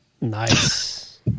Nice